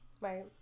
Right